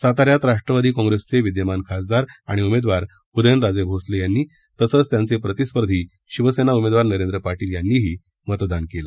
साताऱ्यात राष्ट्रवादी कॉंप्रेसचे विद्यमान खासदार आणि उमेदवार उदयनराजे भोसले यांनी तसंच त्यांचे प्रतिस्पर्धी शिवसेना उमेदवार नरेंद्र पाटील यांनीही मतदान केलं